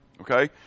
okay